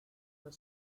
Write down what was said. the